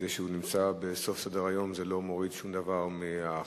זה שהוא נמצא בסוף סדר-היום לא מוריד שום דבר מהחשיבות,